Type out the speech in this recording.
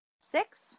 six